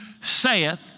saith